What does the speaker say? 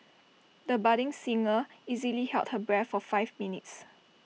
the budding singer easily held her breath for five minutes